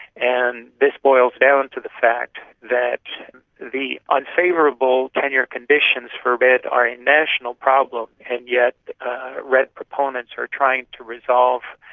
and this boils down to the fact that the unfavourable tenure conditions for redd are a national problem, and yet redd proponents are trying to resolve,